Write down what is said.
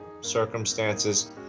circumstances